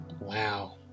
Wow